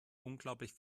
unglaublich